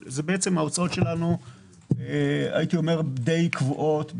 בעצם ההוצאות שלנו די קבועות,